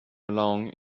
along